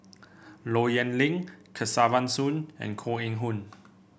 Low Yen Ling Kesavan Soon and Koh Eng Hoon